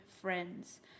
friends